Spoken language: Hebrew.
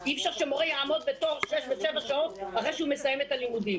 אי-אפשר שמורה יעמוד בתור שש ושבע שעות אחרי שהוא מסיים את הלימודים.